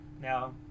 now